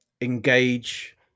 engage